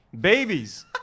babies